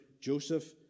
Joseph